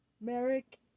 Merrick